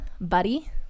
buddy